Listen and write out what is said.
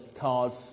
cards